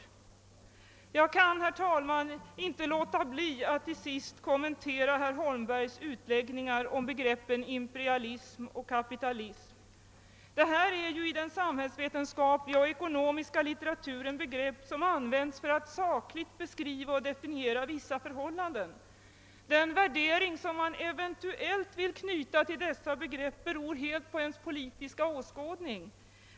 Jag kan, herr talman, inte låta bli att till sist kommentera herr Holmbergs utläggningar om begreppen imperialism och kapitalism. Detta är ju i den samhällsvetenskapliga och ekonomiska litteraturen begrepp, som används för att sakligt beskriva och definiera vissa förhållanden. Den värdering man eventuellt vill knyta till dessa begrepp beror helt på ens politiska åskådning.